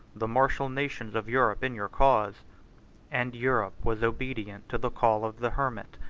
the martial nations of europe in your cause and europe was obedient to the call of the hermit.